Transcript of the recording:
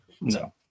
No